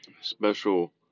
special